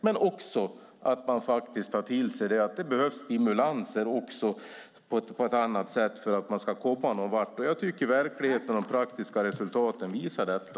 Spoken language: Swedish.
Men man måste ta till sig att det behövs stimulans på ett annat sätt för att komma någonvart. Verkligheten och de praktiska resultaten visar detta.